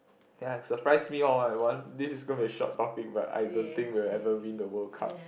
ye surprise me all I want this is gonna be a short topic but I don't we'll ever win the World-Cup